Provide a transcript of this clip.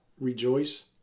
rejoice